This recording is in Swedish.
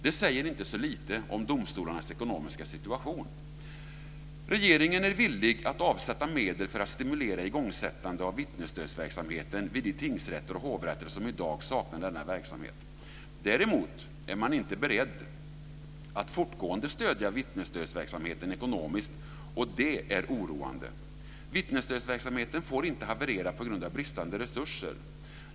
Det säger inte så lite om domstolarnas ekonomiska situation. Regeringen är villig att avsätta medel för att stimulera igångsättande av vittnesstödsverksamheten vid de tingsrätter och hovrätter som i dag saknar denna verksamhet. Däremot är man inte beredd att fortgående stödja vittnesstödsverksamheten ekonomiskt, och det är oroande. Vittnesstödsverksamheten får inte haverera på grund av bristande resurser.